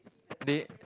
they